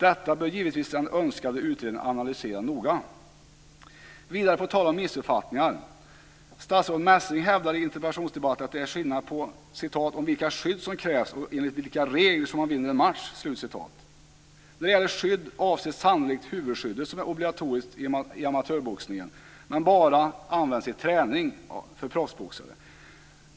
Detta bör givetvis den önskade utredningen analysera noga. Vidare, på tal om missuppfattningar, hävdade statsrådet Messing i interpellationsdebatten att det är skillnad när det gäller "vilka skydd som krävs och enligt vilka regler som man vinner en match." När det gäller skydd avses sannolik huvudskyddet, som är obligatoriskt i amatörboxningen men bara används i träning för proffsboxare.